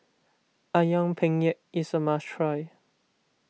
Ayam Penyet is a must try